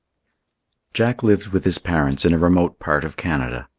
j ack lived with his parents in a remote part of canada.